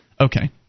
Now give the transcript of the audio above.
Okay